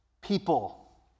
people